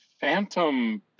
phantom